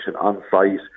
on-site